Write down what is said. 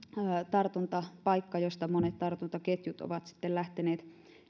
tartuntapaikka josta monet tartuntaketjut ovat lähteneet